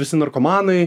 visi narkomanai